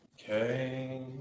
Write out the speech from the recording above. Okay